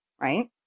right